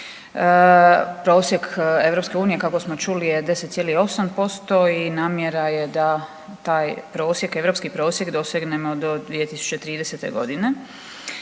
Prosjek EU kako smo čuli je 10,8% i namjera je da taj prosjek, europski prosjek dosegnemo do 2030. godine.